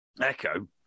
Echo